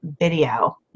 video